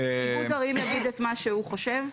איגוד ערים יגיד את מה שהוא חושב.